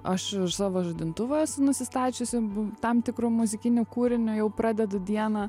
aš savo žadintuvą esu nusistačiusi tam tikru muzikiniu kūriniu jau pradedu dieną